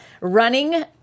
Running